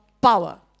power